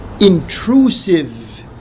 intrusive